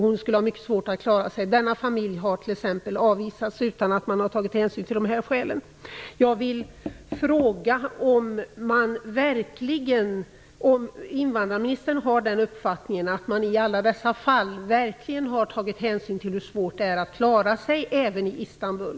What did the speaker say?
Hon skulle få mycket svårt att klara sig i Turkiet. Denna familj har t.ex. avvisats utan att man har tagit hänsyn till dessa skäl. Jag vill fråga om invandrarministern har uppfattningen att man i alla dessa fall verkligen har tagit hänsyn hur svårt det är att klara sig även i Istanbul.